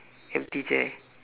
empty chair